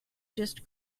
just